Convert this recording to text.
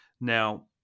Now